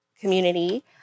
community